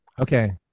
Okay